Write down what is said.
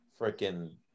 freaking